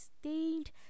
stained